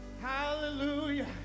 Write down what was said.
Hallelujah